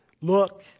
Look